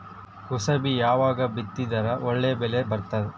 ಕುಸಬಿ ಯಾವಾಗ ಬಿತ್ತಿದರ ಒಳ್ಳೆ ಬೆಲೆ ಬರತದ?